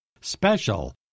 special